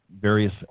various